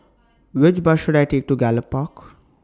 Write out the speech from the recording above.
Which Bus should I Take to Gallop Park